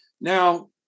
Now